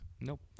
Nope